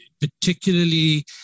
particularly